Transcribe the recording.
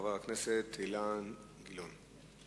חבר הכנסת אילן גילאון.